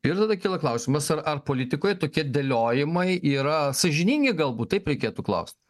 ir tada kyla klausimas ar ar politikoj tokie dėliojimai yra sąžiningi galbūt taip reikėtų klaust